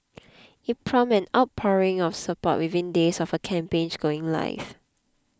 it prompted an outpouring of support within days of her campaign going live